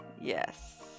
Yes